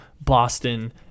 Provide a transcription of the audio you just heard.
boston